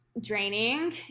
draining